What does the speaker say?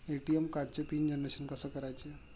ATM कार्डचे pin generation कसे करायचे?